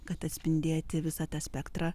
kad atspindėti visą tą spektrą